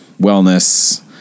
wellness